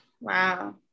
wow